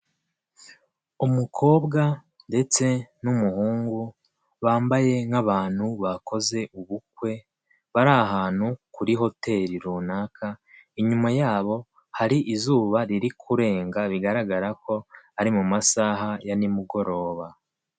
Umukobwa ndetse n'umuhungu bambaye nk'abantu bakoze ubukwe, bari ahantu kuri hoteli runaka, inyuma yabo hari izuba riri kurenga bigaragara ko ari mu masaha ya nimugoroba.